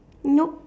nope